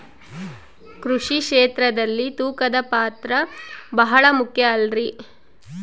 ಕೃಷಿ ಕ್ಷೇತ್ರದಲ್ಲಿ ತೂಕದ ಪಾತ್ರ ಬಹಳ ಮುಖ್ಯ ಅಲ್ರಿ?